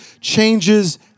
changes